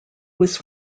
was